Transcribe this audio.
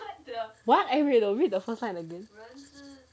eh what read the first line again